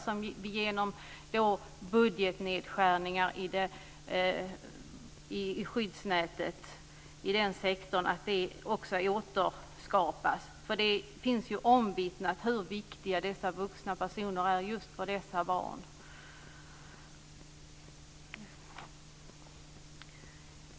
Efter budgetnedskärningar i sektorn är det dags att återskapa det skyddsnätet. Hur viktiga dessa vuxna är för just dessa barn är omvittnat.